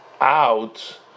out